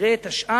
ונראה את השאר,